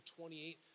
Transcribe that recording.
28